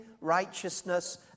righteousness